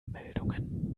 meldungen